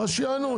אז שיענו.